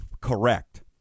correct